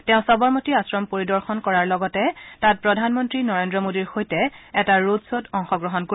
তেওঁ সবৰমতী আশ্ৰম পৰিদৰ্শন কৰাৰ লগতে তাত প্ৰধানমন্তী নৰেন্দ্ৰ মোদীৰ সৈতে এটা ৰড খ্বত অংশগ্ৰহণ কৰিব